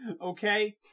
Okay